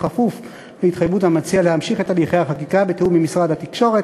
בכפוף להתחייבות המציע להמשיך את תהליכי החקיקה בתיאום עם משרד התקשורת,